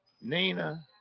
Nina